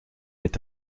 est